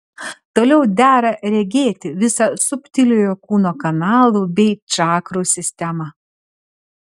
toliau dera regėti visą subtiliojo kūno kanalų bei čakrų sistemą